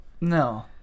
No